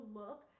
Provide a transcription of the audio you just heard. look